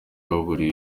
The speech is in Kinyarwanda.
baburiwe